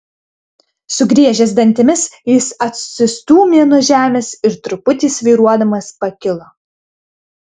sugriežęs dantimis jis atsistūmė nuo žemės ir truputį svyruodamas pakilo